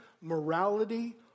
morality